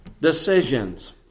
decisions